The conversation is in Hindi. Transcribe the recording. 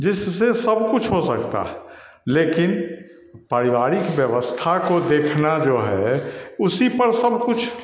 जिससे सब कुछ हो सकता है लेकिन पारिवारिक व्यवस्था को देखना जो है उसी पर सब कुछ